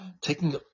taking